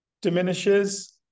diminishes